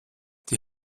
die